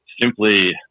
simply